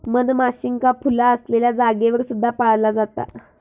मधमाशींका फुला असलेल्या जागेवर सुद्धा पाळला जाता